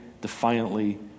defiantly